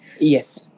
Yes